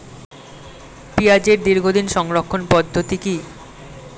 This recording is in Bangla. পেঁয়াজের দীর্ঘদিন সংরক্ষণ পদ্ধতি কি?